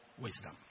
wisdom